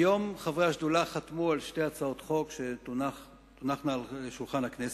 היום חברי השדולה חתמו על שתי הצעות חוק שתונחנה על שולחן הכנסת.